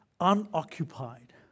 Unoccupied